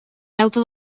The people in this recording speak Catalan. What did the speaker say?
deute